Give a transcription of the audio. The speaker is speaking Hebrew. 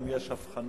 אם יש הבחנה,